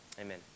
Amen